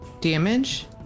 damage